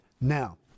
Now